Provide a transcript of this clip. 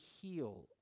heal